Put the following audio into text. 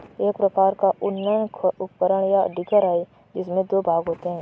एक प्रकार का उत्खनन उपकरण, या डिगर है, जिसमें दो भाग होते है